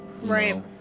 Right